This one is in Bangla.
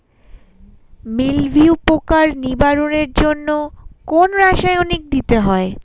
মিলভিউ পোকার নিবারণের জন্য কোন রাসায়নিক দিতে হয়?